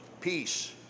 peace